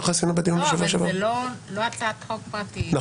זו לא הצעת חוק פרטית,